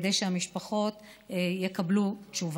כדי שהמשפחות יקבלו תשובה.